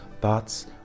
thoughts